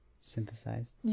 synthesized